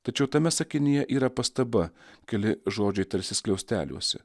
tačiau tame sakinyje yra pastaba keli žodžiai tarsi skliausteliuose